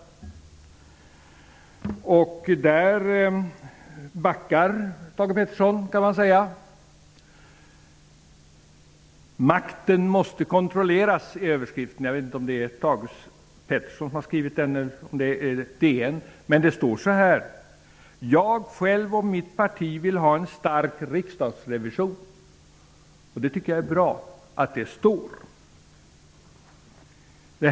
Där backar Thage Peterson, kan man säga. ''Makten måste kontrolleras'' är överskriften. Jag vet inte om det är Thage Peterson som skrivit den eller om det är DN. Det står så här: ''Jag själv och mitt parti vill ha en stark riksdagsrevision.'' Jag tycker att det är bra att det står så.